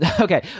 Okay